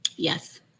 Yes